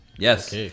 Yes